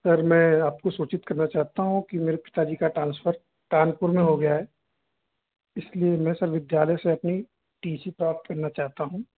sir मैं आपको सूचित करना चाहता हूँ कि मेरे पिता जी का टांसफर कानपुर में हो गया है इसलिए मैं अच्छा विध्यालय से अपनी टी सी प्राप्त करना चाहता हूँ